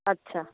আচ্ছা